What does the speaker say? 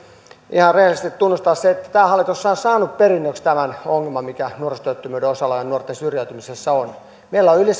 ihan rehellisesti tunnustaa se että tämä hallitushan on saanut perinnöksi tämän ongelman mikä nuorisotyöttömyyden osalta ja nuorten syrjäytymisessä on meillä on yli